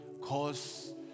cause